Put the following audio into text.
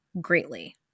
greatly